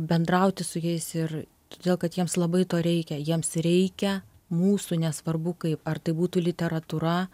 bendrauti su jais ir todėl kad jiems labai to reikia jiems reikia mūsų nesvarbu kaip ar tai būtų literatūra